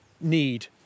need